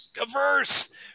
averse